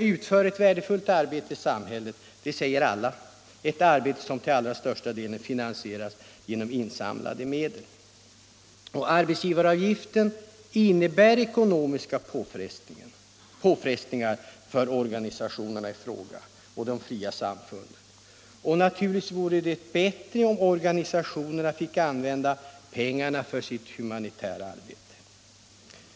utför ett värdefullt arbete i samhället — ett arbete som till allra största delen finansieras genom insamlade medel. Arbetsgivaravgiften innebär ekonomiska påfrestningar för organisationerna och de fria samfunden. Naturligtvis vore det bättre, om de fick använda pengarna för sitt humanitära arbete.